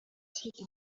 شيء